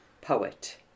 poet